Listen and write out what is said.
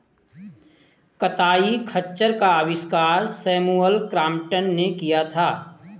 कताई खच्चर का आविष्कार सैमुअल क्रॉम्पटन ने किया था